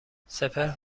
سپهر